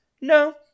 No